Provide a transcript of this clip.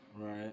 Right